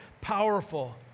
powerful